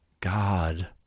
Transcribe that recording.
God